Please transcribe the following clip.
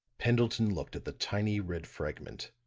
pendleton looked at the tiny red fragment,